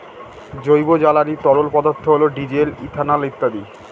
জৈব জ্বালানি তরল পদার্থ হল ডিজেল, ইথানল ইত্যাদি